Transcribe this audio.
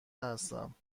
هستم